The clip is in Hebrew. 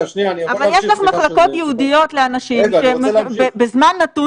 אבל יש מחלקות ייעודיות לאנשים שבזמן נתון